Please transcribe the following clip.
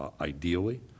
Ideally